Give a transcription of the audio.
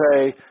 say